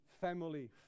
family